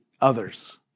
others